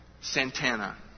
Santana